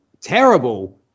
terrible